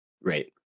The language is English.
right